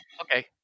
Okay